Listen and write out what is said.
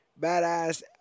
badass